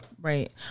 Right